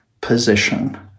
position